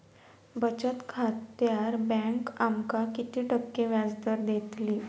बचत खात्यार बँक आमका किती टक्के व्याजदर देतली?